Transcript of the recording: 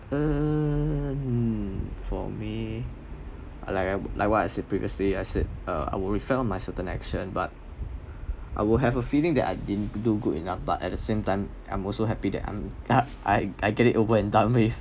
err mm for me like I what I said previously I said err I would my certain actions but I would have a feeling that I didn't do enough but at the same time I'm also happy that I'm I get it over and done with